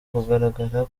kugaragara